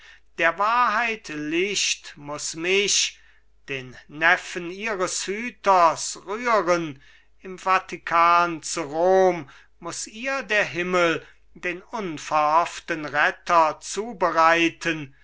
der wahrheit licht muß mich den neffen ihres hüters rühren im vatikan zu rom muß ihr der himmel den unverhofften retter zubereiten